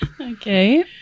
Okay